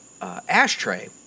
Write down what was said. ashtray